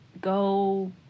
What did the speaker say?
Go